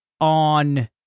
on